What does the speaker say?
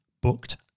booked